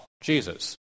Jesus